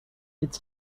it’s